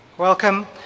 Welcome